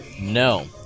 No